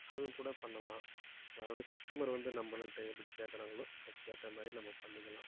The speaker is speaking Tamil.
அதுவும் கூட பண்ணலாம் அதாவது கஸ்டமர் வந்து நம்மளுக்கிட்ட எப்படி கேட்கறாங்களோ அதுக்கு ஏற்ற மாதிரி நம்ம பண்ணிக்கலாம்